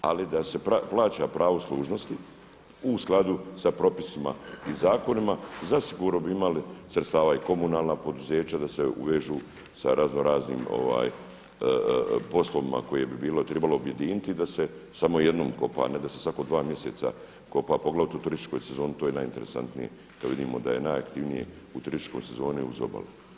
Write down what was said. Ali da se plaća pravo služnosti u skladu sa propisima i zakonima zasigurno bi imali sredstava i komunalna poduzeća da se uvežu sa razno raznim poslovima koje bi bilo tribalo objediniti da se samo jednom kopa, a ne da se svako dva mjeseca kopa poglavito u turističkoj sezoni to je najinteresantnije kada vidimo da je najaktivnije u turističkoj sezoni uz obalu.